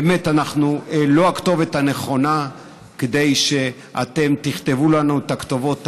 באמת אנחנו לא הכתובת הנכונה כדי שאתם תכתבו לנו את הכתובות האלה.